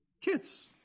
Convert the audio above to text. Kids